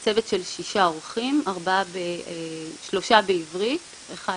זה צוות של שישה עורכים, שלושה בעברית, אחד